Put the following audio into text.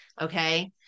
okay